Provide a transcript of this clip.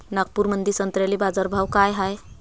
नागपुरामंदी संत्र्याले बाजारभाव काय हाय?